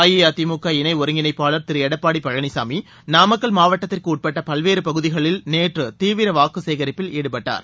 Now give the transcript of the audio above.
அஇஅதிமுக இணை ஒருங்கிணைப்பாளர் திரு எடப்பாடி பழனிசாமி நாமக்கல் மாவட்டத்திற்கு உட்பட்ட பல்வேறு பகுதிகளில் நேற்று தீவிர வாக்குச்சேகரிப்பில் ஈடுபட்டார்